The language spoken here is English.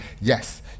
yes